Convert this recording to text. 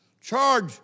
Charge